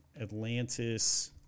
Atlantis